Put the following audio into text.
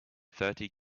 thirty